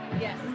Yes